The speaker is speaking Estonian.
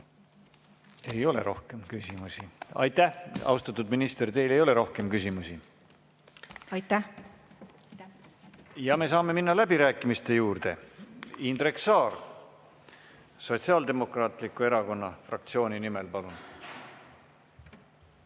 Rohkem küsimusi ei ole. Aitäh, austatud minister, teile ei ole rohkem küsimusi! Aitäh! Aitäh! Me saame minna läbirääkimiste juurde. Indrek Saar Sotsiaaldemokraatliku Erakonna fraktsiooni nimel, palun!